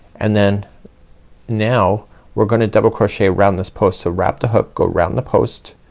and then now we're gonna double crochet around this post. so wrap the hook, go around the post